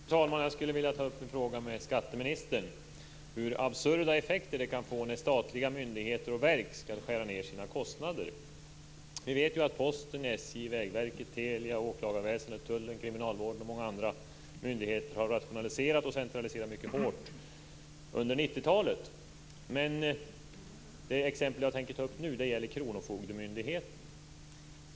Fru talman! Jag skulle vilja ta upp en fråga med skatteministern om hur absurda konsekvenser det kan få när statliga myndigheter och verk skall skära ned sina kostnader. Vi vet ju att Posten, SJ, Vägverket, Telia, åklagarväsendet, Tullen, kriminalvården och många andra myndigheter har rationaliserat och centraliserat mycket hårt under 1990-talet. Det exempel jag tänker ta upp nu gäller Kronofogdemyndigheten.